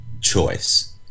choice